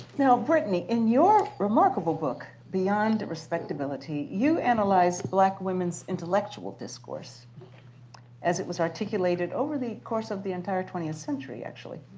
now brittney, in your remarkable book, beyond respectability, you analyze black women's intellectual discourse as it was articulated over the course of the entire twentieth century, actually,